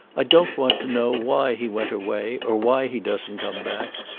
i don't want to know why he went away, or why he doesn't come back.